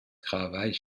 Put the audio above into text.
travaille